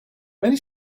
many